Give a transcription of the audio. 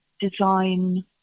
design